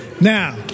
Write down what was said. Now